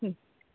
হুম